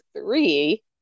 three